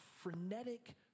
frenetic